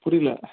புரியல